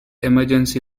emergency